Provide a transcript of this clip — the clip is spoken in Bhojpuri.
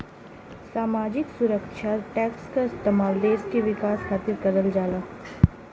सामाजिक सुरक्षा टैक्स क इस्तेमाल देश के विकास खातिर करल जाला